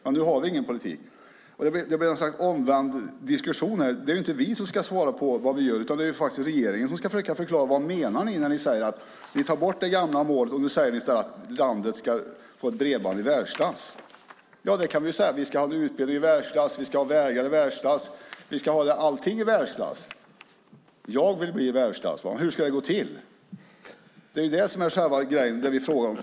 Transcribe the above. Men nu har vi ingen politik. Det blir något slags omvänd diskussion här. Det är inte vi som ska svara på vad vi gör, utan det är faktiskt regeringen som ska försöka förklara vad man menar när man säger att man tar bort det gamla målet och att landet ska få ett bredband i världsklass. Vi kan säga att vi ska ha en utbildning i världsklass, att vi ska ha vägar i världsklass och att vi ska ha allting i världsklass. Jag vill vara i världsklass. Hur ska detta gå till? Det är det som själva frågan.